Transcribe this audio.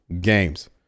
games